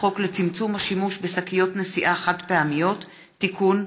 חוק לצמצום השימוש בשקיות נשיאה חד-פעמיות (תיקון,